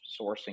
sourcing